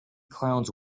clowns